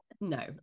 No